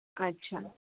আচ্ছা